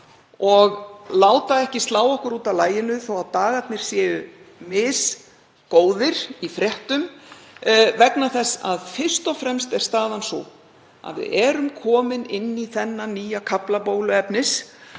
og láta ekki slá okkur út af laginu þó að dagarnir séu misgóðir í fréttum vegna þess að fyrst og fremst er staðan sú að við erum komin inn í þennan nýja kafla bóluefnis